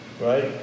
Right